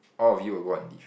all of you will go on leave